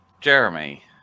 Jeremy